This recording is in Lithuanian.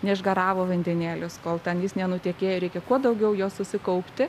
neišgaravo vandenėlis kol ten jis nenutekėjo reikia kuo daugiau jo susikaupti